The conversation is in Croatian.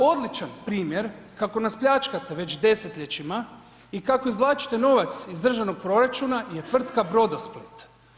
Odličan primjer kako nas pljačkate već desetljećima i kako izvlačite novac iz državnog proračuna je tvrtka Brodosplit.